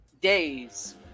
days